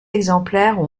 exemplaires